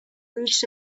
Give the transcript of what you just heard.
reached